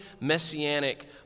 messianic